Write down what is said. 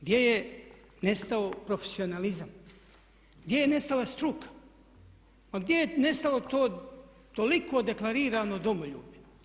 Gdje je nestao profesionalizam, gdje je nestala struka, ma gdje je nestalo to toliko deklarirano domoljublje?